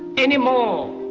anymore,